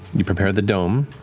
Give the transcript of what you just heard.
you prepare the dome.